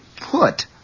put